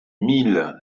mille